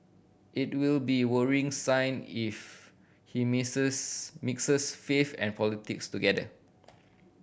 it will be worrying sign if he mixes mixes faith and politics together